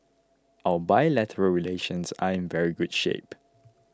our bilateral relations are in very good shape